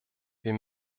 wir